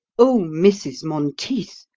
oh, mrs. monteith,